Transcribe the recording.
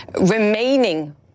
remaining